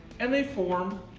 and they form,